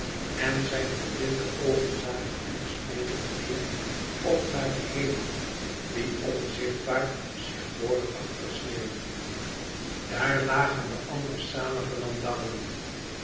en zijn verblinde oogen zagen niet smeekend meer op naar den hemel die onzichtbaar zich borg achter sneeuw daar lagen de anders zalige landouwen